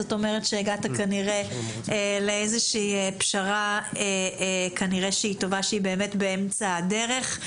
זאת אומרת שכנראה הגעת לאיזושהי פשרה שהיא טובה והיא באמצע הדרך.